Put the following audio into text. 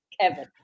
Kevin